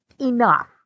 enough